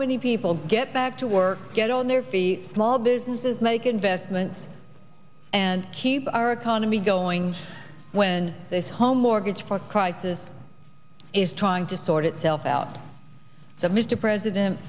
many people get back to work get on their feet small businesses make investments and keep our economy going when this home mortgage for crisis is trying to sort itself out so mr president